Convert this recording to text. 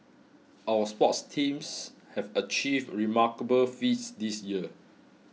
our sports teams have achieved remarkable feats this year